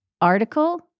article